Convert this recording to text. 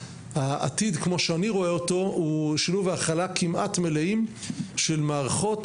העתיד כמו שאני רואה אותו הוא שילוב והכלה כמעט מלאים של מערכות,